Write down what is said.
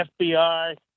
FBI